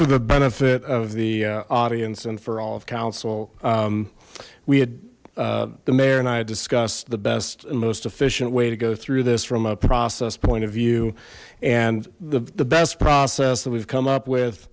for the benefit of the audience and for all of council we had the mayor and i had discussed the best and most efficient way to go through this from a process point of view and the the best process that we've come up with